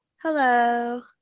Hello